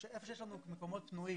לא כל העולים מגיעים למרכזי קליטה.